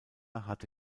hatte